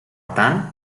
tant